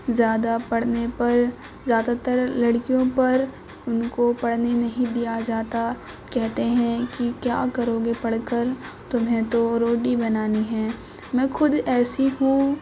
زیادہ پڑھنے پر زیادہ تر لڑکیوں پر ان کو پڑھنے نہیں دیا جاتا کہتے ہیں کہ کیا کرو گے پڑھ کر تمہیں تو روٹی بنانی ہے میں خود ایسی ہوں